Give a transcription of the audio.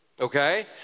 Okay